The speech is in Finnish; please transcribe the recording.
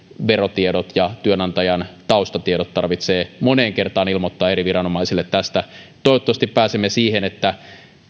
verotiedot ja työnantajan taustatiedot tarvitsee moneen kertaan ilmoittaa eri viranomaisille tästä toivottavasti pääsemme siihen että